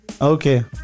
Okay